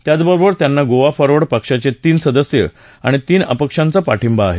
त्याचबरोबर त्यांना गोवा फॉरवर्ड पक्षाचे तीन सदस्य आणि तीन अपक्षांचा पाठिंबा आहे